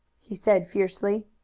he said fiercely.